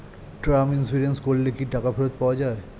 Term insurance করলে কি টাকা ফেরত পাওয়া যায়?